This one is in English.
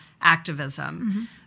activism